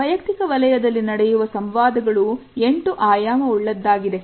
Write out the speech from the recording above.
ವೈಯಕ್ತಿಕ ವಲಯದಲ್ಲಿ ನಡೆಯುವ ಸಂವಾದಗಳು ಎಂಟು ಆಯಾಮ ಉಳ್ಳದ್ದಾಗಿದೆ